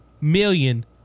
million